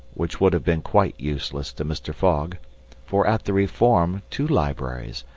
which would have been quite useless to mr. fogg for at the reform two libraries,